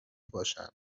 باشند